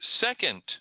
second